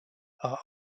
are